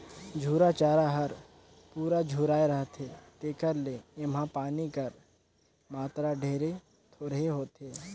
झूरा चारा हर पूरा झुराए रहथे तेकर ले एम्हां पानी कर मातरा ढेरे थोरहें होथे